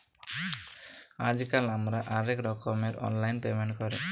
আইজকাল আমরা অলেক রকমের অললাইল পেমেল্ট ক্যরি